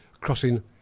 crossing